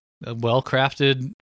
well-crafted